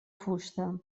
fusta